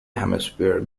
hampshire